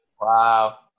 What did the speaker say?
Wow